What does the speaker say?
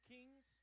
Kings